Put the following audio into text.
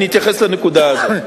אתייחס לנקודה הזאת.